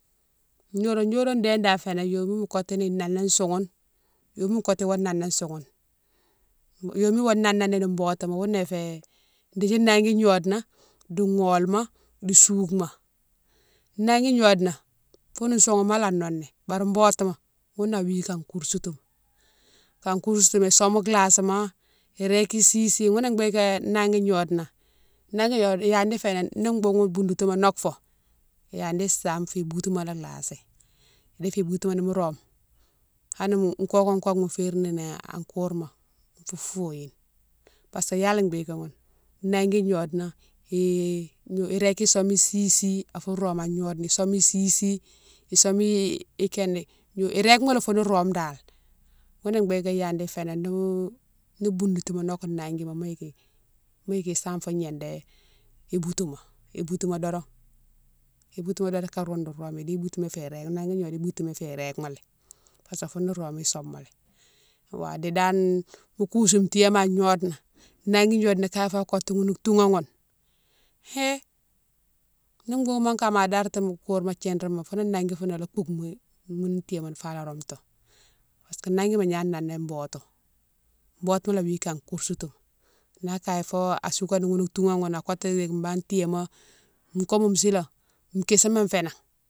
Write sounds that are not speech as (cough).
Gnodone- gnodone ma déne dane fénan yoma mo kotini inoné soughoune, yoma mo kotini iwa nonéni soughoune, yoma igna nonéni boutouma ghounné fé dékdi nangui gnode na di gholma, di sougouma. Nangui gnode na foune soughouma lé noné bari botouma ghouné awi ka kousoutouma, ka kousoutouma isabe lasima, iréki isi si ghounné bigué nangui gnode na, nangui gnode na iyadi fénéne ni boughoune boutouma noke fo iyadi same fou boutouma lasi, nifou boutouma mo rome hanni kokou koke mo férine niné an kourma fou foyine parce que yalé bigué ghoune nangui gnode na (hesitation) iréke same isi si afou rome an gnode na isame isi si isami ikédé, irékema lé foune rome dane ghounné bigué iyadi fénan nimo, ni boudoutouma noke nanguima mo yiki isame fo gnédé iboutouma- iboutouma doron- iboutouma doron ka roune dou fani idi boutouma fé réke, nangui gnode na boutouma fé rékema lé parce que foune rome isamalé. Wa di dane mo kousou tiyéma an gnode na nagui gnode na kaye fa kotou ghoune toughane ghoune hé ni boughoune mo kama ma dadi tini mo kourma thirine ma foune nangui foune ala pouke ghounou tiyé moune fo ala roumtoumi parce que nangui ma agna noné botou, botouma lé awi ka kousourtou na kaye fo asougani ghoune toughane ghoune akotou yiki bane tiyéma ukoboune silan, kisima fénan.